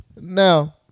Now